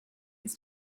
its